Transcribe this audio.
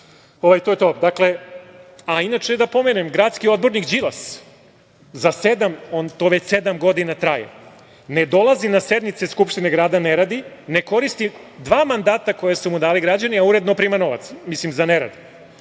kolosek ili onoliki. Inače, da pomenem, gradski odbornik Đilas, to već sedam godina traje, ne dolazi na sednice Skupštine grada, ne radi, ne koristi dva mandata koja su mu dali građani, a uredno prima novac za nerad.